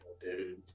dude